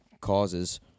causes